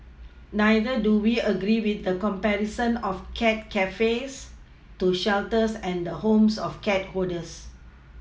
neither do we agree with the comparison of cat cafes to shelters and the homes of cat hoarders